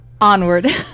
Onward